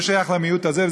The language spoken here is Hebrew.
זה שייך למיעוט הזה,